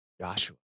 Joshua